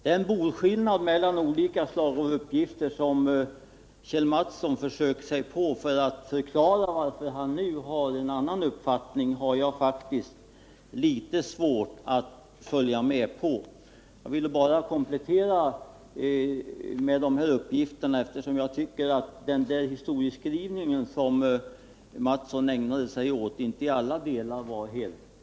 Den boskillnad mellan olika slag av uppgifter som Kjell Mattsson försökte göra för att förklara varför han nu har en annan uppfattning har jag faktiskt litet svårt att förstå. Jag ville bara komplettera den tidigare redovisningen med dessa uppgifter, eftersom jag tycker att den historieskrivning som herr Mattsson ägnade sig åt inte i alla delar var helt korrekt.